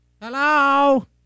Hello